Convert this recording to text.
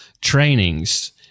trainings